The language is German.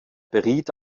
beriet